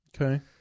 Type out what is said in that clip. Okay